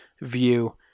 view